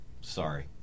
sorry